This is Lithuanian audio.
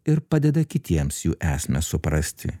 ir padeda kitiems jų esmę suprasti